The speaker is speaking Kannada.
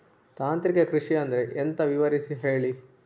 ತಾಂತ್ರಿಕ ಕೃಷಿ ಅಂದ್ರೆ ಎಂತ ವಿವರಿಸಿ ಹೇಳಿ